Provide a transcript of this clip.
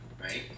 right